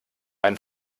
ein